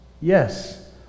Yes